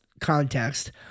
context